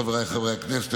חבריי חברי הכנסת,